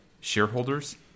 shareholders